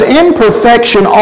imperfection